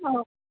okay